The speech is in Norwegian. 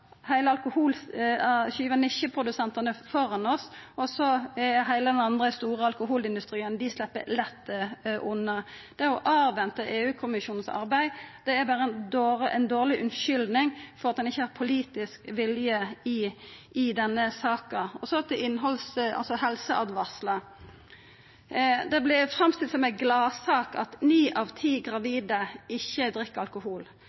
oss og la resten av den store alkoholindustrien sleppa lett unna. Det å venta på EU-kommisjonens arbeid er berre ei dårleg unnskyldning for at ein ikkje har politisk vilje i denne saka. Så til helseåtvaringar: Det vert framstilt som ei gladsak at ni av ti gravide ikkje drikk alkohol,